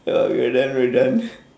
uh we're done we're done